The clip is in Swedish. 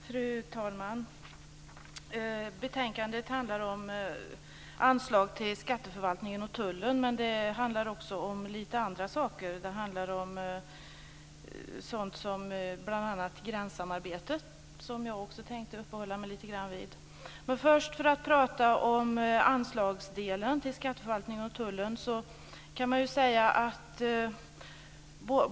Fru talman! Betänkandet handlar om anslag till Skatteförvaltningen och Tullverket. Men det handlar också om lite andra saker, bl.a. om gränssamarbetet, som också jag tänker uppehålla mig lite grann vid. Först ska jag tala om anslagen till Skatteförvaltningen och Tullverket.